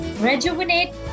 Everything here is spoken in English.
rejuvenate